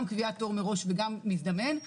גם קביעת תור מראש וגם מזדמן,